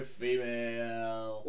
female